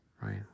Right